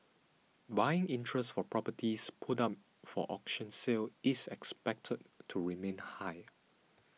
buying interest for properties put up for auction sale is expected to remain high